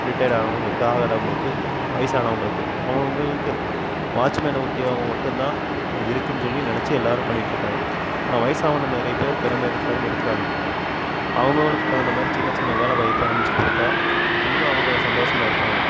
retired ஆனவங்களுக்கு ஆகாதவங்களுக்கு வயசானவங்களுக்கு அவங்கவுங்களுக்கு வாட்ச்மேன் உத்தியோகம் மட்டும்தான் இருக்குன்னு சொல்லி நினச்சி எல்லோரும் பண்ணிட்டுருக்காங்க ஆனால் வயசாவனை நிறைய பேர் திறமை இருக்கிறவுங்க இருக்கிறாங்க அவங்கவுங்களுக்கு தகுந்த மாதிரி சின்ன சின்ன வேலைவாய்ப்பை அமைச்சி கொடுத்தா இன்னும் அவங்க சந்தோஷமாக இருப்பாங்க